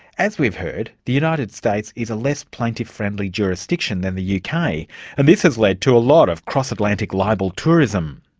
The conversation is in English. as we've heard, the united states is a less plaintiff-friendly jurisdiction than the uk and this has led to a lot of cross-atlantic libel tourism.